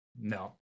No